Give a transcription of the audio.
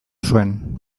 zuen